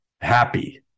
happy